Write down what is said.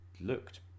looked